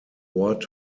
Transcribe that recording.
ort